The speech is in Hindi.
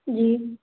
जी